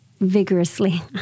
vigorously